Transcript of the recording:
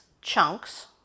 chunks